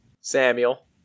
Samuel